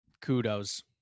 kudos